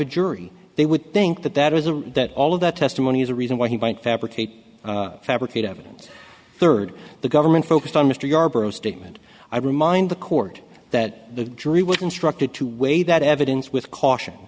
a jury they would think that that is a that all of that testimony is a reason why he might fabricate fabricate evidence third the government focused on mr yarbrough statement i remind the court that the jury would instructed to weigh that evidence with caution